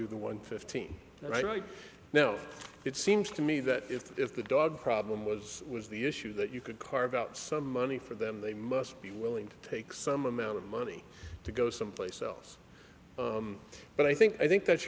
do the one fifteen right now it seems to me that if the dog problem was was the issue that you could carve out some money for them they must be willing to take some amount of money to go someplace else but i think i think that's